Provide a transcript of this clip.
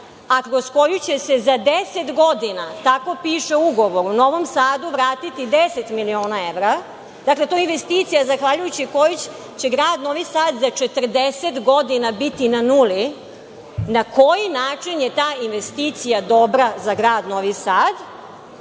a kroz koju će se za 10 godina, tako piše u ugovoru, Novom Sadu vratiti 10 miliona evra. Dakle, to je investicija zahvaljujući kojoj će grad Novi Sad za 40 godini biti na nuli. Na koji način je ta investicija dobra za grad Novi Sad?